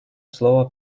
слово